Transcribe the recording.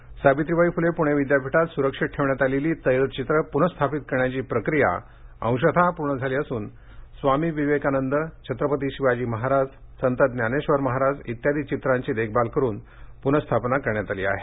चित्रे सावित्रीबाई फुले पूणे विद्यापीठात सुरक्षित ठेवण्यात आलेली तैलचित्रे पुनःस्थापित करण्याची प्रक्रिया अंशतः पूर्ण झाली असून स्वामी विवेकानंद छत्रपती शिवाजी महाराज संत ज्ञानेश्वर महाराज इत्यादी चित्रांची देखभाल करून पुनःस्थापना करण्यात आलेली आहे